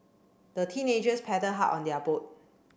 the teenagers paddled hard on their boat